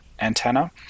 antenna